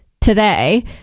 today